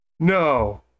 No